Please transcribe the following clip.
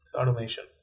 Automation